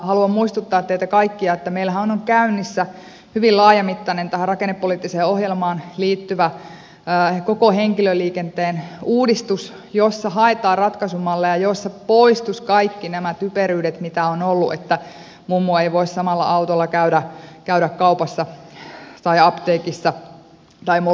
haluan muistuttaa teitä kaikkia että meillähän on käynnissä hyvin laajamittainen tähän rakennepoliittiseen ohjelmaan liittyvä koko henkilöliikenteen uudistus jossa haetaan ratkaisumalleja joissa poistuisivat kaikki nämä typeryydet mitä on ollut että mummo ei voi samalla autolla käydä kaupassa tai apteekissa tai molemmissa